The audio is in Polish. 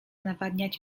nawadniać